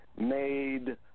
made